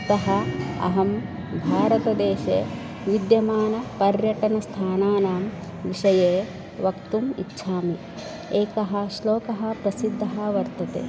अतः अहं भारतदेशे विद्यमानपर्यटनस्थानानां विषये वक्तुम् इच्छामि एकः श्लोकः प्रसिद्धः वर्तते